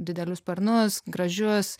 didelius sparnus gražius